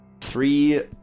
Three